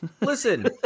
listen